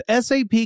SAP